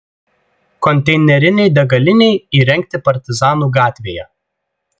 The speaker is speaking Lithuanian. konteinerinei degalinei įrengti partizanų gatvėje